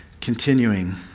continuing